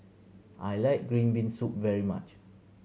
I like green bean soup very much